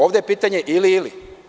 Ovde je pitanje ili-ili.